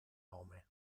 nome